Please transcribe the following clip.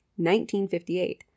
1958